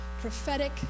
prophetic